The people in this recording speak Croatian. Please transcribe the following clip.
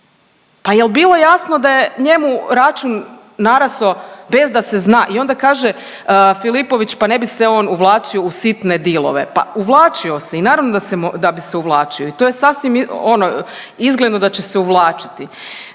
Pa jel bilo jasno da je njemu račun naraso bez da se zna i onda kaže Filipović pa ne bi se on uvlačio u sitne dilove, pa uvlačio se i naravno da bi se uvlačio i to je sasvim ono izgledno da će se uvlačiti.